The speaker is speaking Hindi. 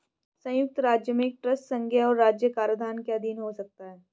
संयुक्त राज्य में एक ट्रस्ट संघीय और राज्य कराधान के अधीन हो सकता है